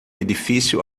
edifício